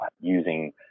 using